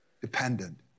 dependent